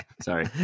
Sorry